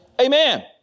Amen